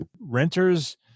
renters